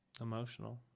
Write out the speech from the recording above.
emotional